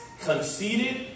conceited